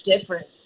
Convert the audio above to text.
difference